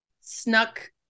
snuck